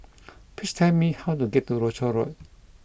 please tell me how to get to Rochor Road